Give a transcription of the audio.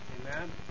Amen